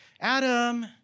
Adam